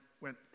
went